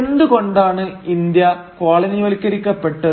എന്തുകൊണ്ടാണ് India colony വൽക്കരിക്കപ്പെട്ടത്